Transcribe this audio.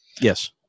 Yes